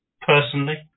personally